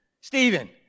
Stephen